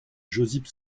josip